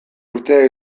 urtea